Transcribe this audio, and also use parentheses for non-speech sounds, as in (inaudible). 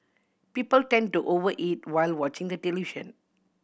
people tend to over eat while watching the (unintelligible)